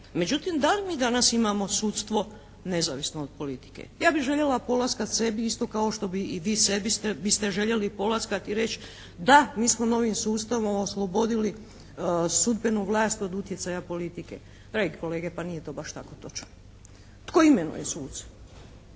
Međutim, da li mi danas imamo sudstvo nezavisno od politike. Ja bih željela polaskati sebi isto kao što i vi sebi biste željeli polaskati i reći da, mi smo novim sustavom oslobodili sudbenu vlast od utjecaja politike. Dragi kolege, pa nije to baš tako točno. Tko imenuje suce?